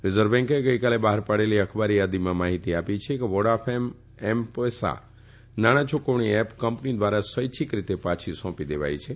reserve બેંકે ગઇકાલે બહાર પાડેલી અખબારી થાદીમાં માહિતી આપી છે કે વોડાફોન એમ પૈસા નાણાં યુકવણી એપ કંપની ધ્વારા સ્વૈચ્છિક રીતે પાછી સોંપી દીધી છે